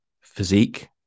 physique